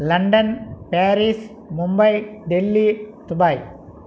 London Paris Mumbai Delhi Dubai